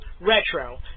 Retro